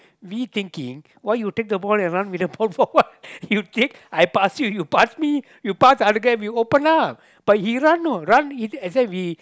me thinking why you take the ball and run with the ball for what you take I pass you you pass me you the other guy we open up but he run you know